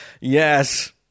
yes